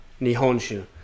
nihonshu